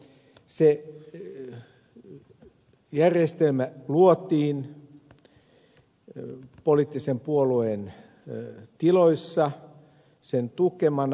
se järjestelmä luotiin poliittisen puolueen tiloissa sen tukemana